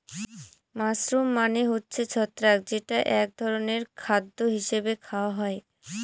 mushroom মানে হচ্ছে ছত্রাক যেটা এক ধরনের খাদ্য হিসাবে খাওয়া হয়